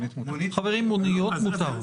חברים, מוניות מותר.